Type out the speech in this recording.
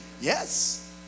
Yes